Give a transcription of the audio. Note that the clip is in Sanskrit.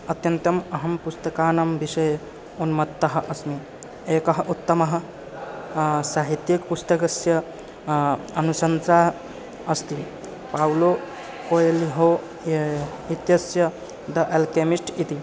अत्यन्तम् अहं पुस्तकानां विषये उन्मत्तः अस्मि एकः उत्तमः साहित्यिकपुस्तकस्य अनुसंशा अस्ति पाव्लो कोयल्लि हो इत्यस्य द अल्केमिस्ट् इति